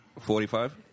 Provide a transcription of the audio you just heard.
Forty-five